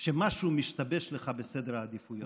שמשהו משתבש לך בסדר העדיפויות.